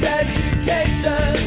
education